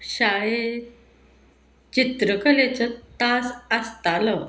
शाळेंत चित्रकलेचो तास आसतालो